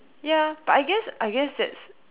ya but I guess I guess that's